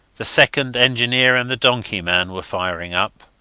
the second engineer and the donkey-man were firing-up.